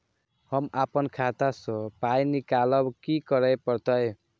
हम आपन खाता स पाय निकालब की करे परतै?